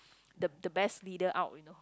the the best leader out you know